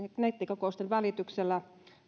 nettikokousten välityksellä